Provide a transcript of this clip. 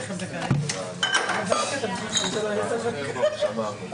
צו זמני נועד להבטיח את תפיסת הרכוש בסוף ההליך.